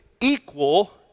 equal